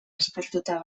aspertuta